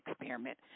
experiment